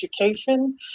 education